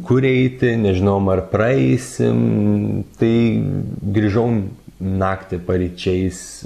kur eiti nežinojom ar praeisim tai grįžau naktį paryčiais